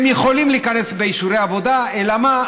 הם יכולים להיכנס באישורי עבודה, אלא מה?